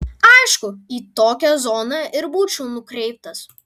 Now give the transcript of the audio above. aišku į tokią zoną ir būčiau nukreiptas